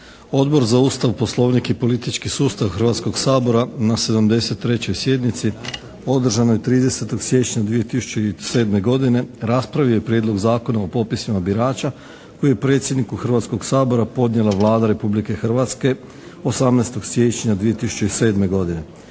Odbor za Ustav, poslovnik i politički sustav Hrvatskog sabora na 73. sjednici održanoj 30. siječnja 2007. godine raspravio je Prijedlog Zakona o popisima birača koji je predsjedniku Hrvatskog sabora podnijela Vlada Republike Hrvatske 18. siječnja 2007. godine.